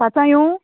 पांचा येवूं